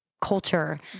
culture